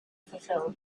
fulfill